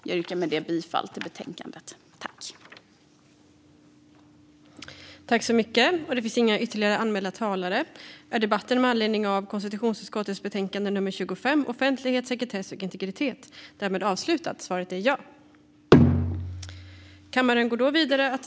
Jag yrkar med detta bifall till utskottets förslag i betänkandet.